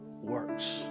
works